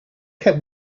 kept